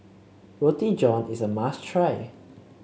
Roti John is a must try